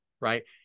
right